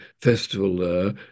festival